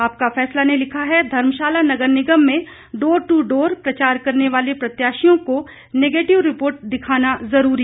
आपका फैसला ने लिखा है धर्मशाला नगर निगम में डोर दू डोर प्रचार करने वाले प्रत्याशियों को नेगेटिव रिपोर्ट दिखाना जरूरी